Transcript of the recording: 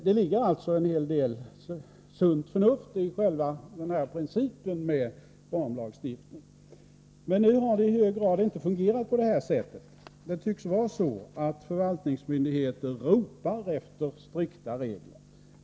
Det ligger alltså en hel del sunt förnuft i själva principen med ramlagstiftning. Men nu har det i hög grad inte fungerat på detta sätt. Förvaltningsmyndigheter tycks ropa efter strikta regler.